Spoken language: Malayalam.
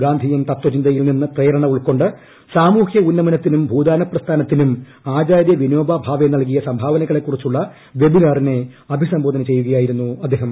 ഗാന്ധിയൻ തത്തചിന്തയിൽ നിന്ന് പ്രേരണ ഉൾക്കൊണ്ട് സാമൂഹ്യ ഉന്നമനത്തിനും ഭൂദാന പ്രസ്ഥാനത്തിനും ആചാര്യ വിനോബ ഭാവെ നൽകിയ സംഭാവനകളെക്കുറിച്ചുള്ള ഒരു വെബിനാറിനെ അഭിസംബോധന ചെയ്യുകയായിരുന്നു അദ്ദേഹം